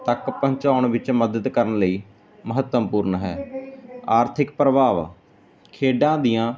ਤੱਕ ਪਹੁੰਚਾਉਣ ਵਿੱਚ ਮਦਦ ਕਰਨ ਲਈ ਮਹੱਤਵਪੂਰਨ ਹੈ ਆਰਥਿਕ ਪ੍ਰਭਾਵ ਖੇਡਾਂ ਦੀਆਂ